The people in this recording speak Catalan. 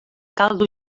caldo